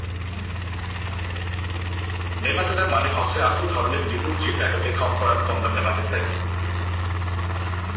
nematoda মানে হসে আক ধরণের লিঙ্গ জীব এটোকে থং করাং তন্ন নেমাটিসাইড